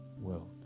world